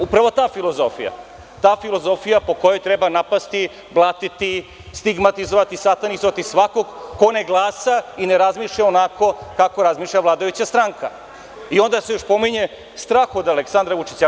Upravo ta filozofija po kojoj treba napasti, blatiti, stigmatizovati, satanizovati svakoga ko ne glasa i ne razmišlja onako kako razmišlja vladajuća stranka i onda se još spominje strah od Aleksandra Vučića.